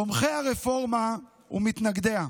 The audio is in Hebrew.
תומכי הרפורמה ומתנגדיה.